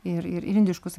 ir ir ir indiškus